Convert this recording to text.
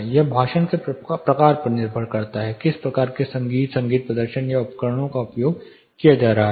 यह भाषण के प्रकार पर निर्भर करता हैकिस प्रकार के संगीत संगीत प्रदर्शन या उपकरणों का उपयोग किया जाता है